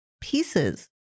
pieces